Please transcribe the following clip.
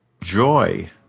joy